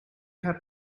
had